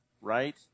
right